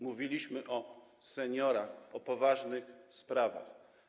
Mówiliśmy o seniorach, o poważnych sprawach.